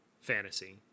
fantasy